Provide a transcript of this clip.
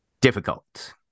difficult